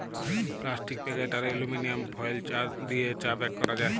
plastic packet আর aluminium foil দিয়ে চা প্যাক ক্যরা যায়